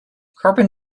carbon